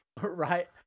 Right